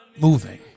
moving